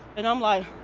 and i'm like,